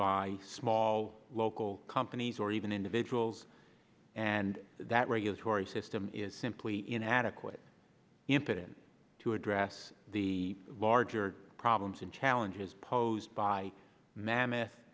by small local companies or even individuals and that regulatory system is simply inadequate impotent to address the larger problems and challenges posed by mammoth